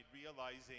realizing